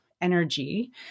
energy